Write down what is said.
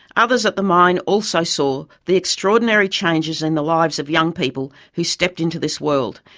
others at the mine also saw the extraordinary changes in the lives of young people who stepped into this world,